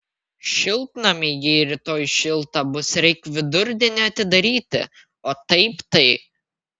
šiltnamį jei rytoj šilta bus reik vidurdienį atidaryti o taip tai